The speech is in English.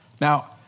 Now